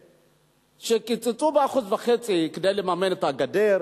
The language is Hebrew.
כשקיצצו ב1.5% כדי לממן את הגדר,